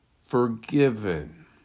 forgiven